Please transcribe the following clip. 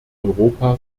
europa